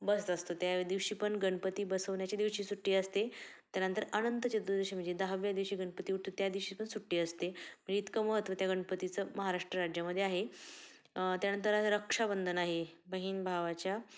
बसत असतो त्या दिवशी पण गणपती बसवण्याच्या दिवशी सुट्टी असते त्यानंतर अनंत चतुर्दशी म्हणजे दहाव्या दिवशी गणपती उठतो त्या दिवशी पण सुट्टी असते म्हणजे इतकं महत्त्व त्या गणपतीचं महाराष्ट्र राज्यामध्ये आहे त्यानंतर रक्षाबंधन आहे बहीण भावाच्या